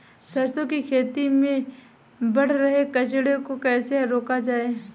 सरसों की खेती में बढ़ रहे कचरे को कैसे रोका जाए?